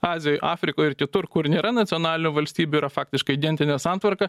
azijoj afrikoj ir kitur kur nėra nacionalinių valstybių yra faktiškai gentinė santvarka